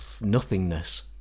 nothingness